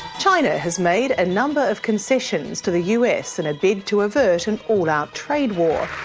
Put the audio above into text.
china has made a number of concessions to the us in a bid to avert an all-out trade war.